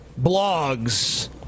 blogs